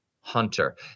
hunter